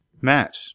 Matt